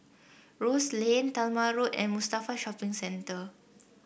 Rose Lane Talma Road and Mustafa Shopping Centre